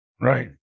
Right